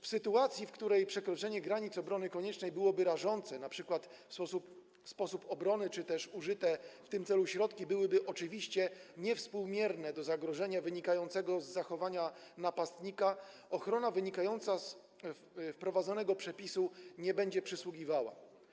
W sytuacji, w której przekroczenie granic obrony koniecznej byłoby rażące, np. sposób obrony czy też użyte w tym celu środki byłyby oczywiście niewspółmierne do zagrożenia wynikającego z zachowania napastnika, ochrona wynikająca z wprowadzonego przepisu nie będzie przysługiwała.